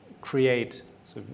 create